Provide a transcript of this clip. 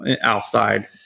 outside